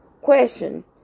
Question